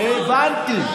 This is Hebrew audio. הבנתי.